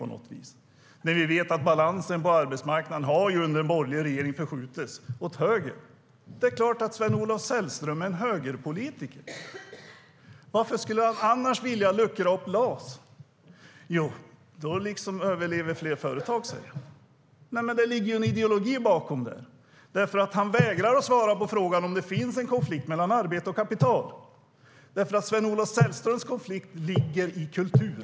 Men vi vet att balansen på arbetsmarknaden har förskjutits åt höger under den borgerliga regeringen. Det är klart att Sven-Olof Sällström är en högerpolitiker. Varför skulle han annars vilja luckra upp LAS? Jo, han säger att då överlever fler företag. Men det ligger en ideologi bakom eftersom han vägrar att svara på om det finns en konflikt mellan arbete och kapital. För Sven-Olof Sällström handlar det nämligen om kultur.